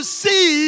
see